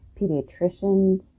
pediatricians